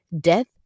death